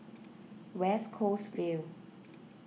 West Coast Vale